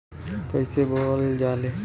कईसे बोवल जाले?